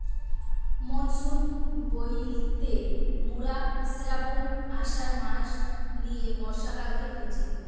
monsoon বইলতে মোরা শ্রাবন, আষাঢ় মাস নিয়ে বর্ষাকালকে বুঝি